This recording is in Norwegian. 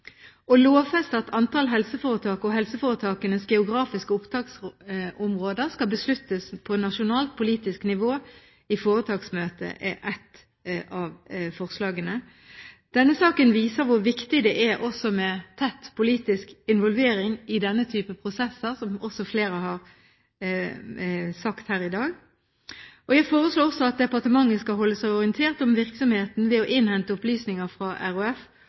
Å lovfeste at antallet helseforetak og helseforetakenes geografiske opptaksområder skal besluttes på nasjonalt, politisk nivå i foretaksmøte er ett av forslagene. Denne saken viser hvor viktig det er med tett politisk involvering i denne type prosesser, som flere har sagt her i dag. Jeg foreslår også at departementet skal holde seg orientert om virksomheten ved å innhente opplysninger fra